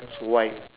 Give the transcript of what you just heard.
s~ why